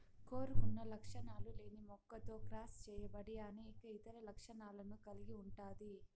కోరుకున్న లక్షణాలు లేని మొక్కతో క్రాస్ చేయబడి అనేక ఇతర లక్షణాలను కలిగి ఉంటాది